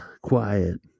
quiet